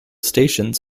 stations